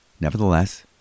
nevertheless